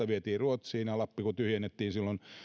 vietiin ruotsiin ja lappi kun tyhjennettiin silloin